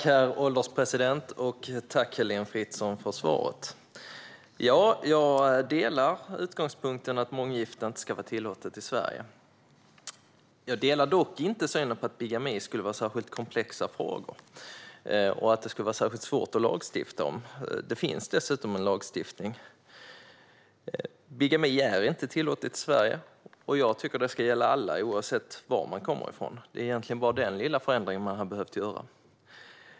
Herr ålderspresident! Tack, Heléne Fritzon, för svaret! Jag delar utgångspunkten att månggifte inte ska vara tillåtet i Sverige. Jag delar dock inte synen att bigami skulle vara en särskilt komplex fråga som det är svårt att lagstifta om. Det finns dessutom redan en lagstiftning. Bigami är inte tillåtet i Sverige. Jag tycker att detta ska gälla alla, oavsett var man kommer från. Det är egentligen bara denna lilla förändring som behöver göras.